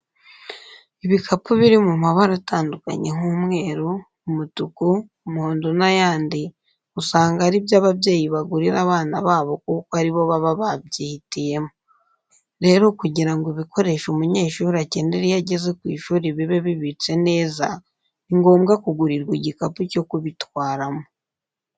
Ibikapu biri mu mabara atandukanye nk'umweru, umutuku, umuhondo n'ayandi usanga ari byo ababyeyi bagurira abana babo kuko ari bo baba babyihitiyemo. Rero kugira ngo ibikoresho umunyeshuri akenera iyo ageze ku ishuri bibe bibitse neza, ni ngombwa kugurirwa igikapu cyo kubitwaramo.